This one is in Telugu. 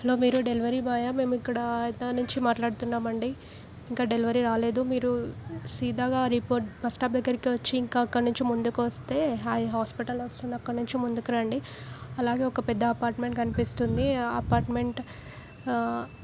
హాలో మీరు డెలివరీ బాయా మేము ఇక్కడ నుంచి మాట్లాడుతున్నాము అండి ఇంకా డెలివరీ రాలేదు మీరు సీదాగా రిపోర్ట్ బస్ స్టాప్ దగ్గరికి వచ్చి ఇంకా అక్కడ నుంచి ముందుకి వస్తే హాయ్ హాస్పిటల్ వస్తుంది అక్కడ నుంచి ముందుకి రండి అలాగే ఒక పెద్ద అపార్ట్మెంట్ కనిపిస్తుంది ఆ అపార్ట్మెంట్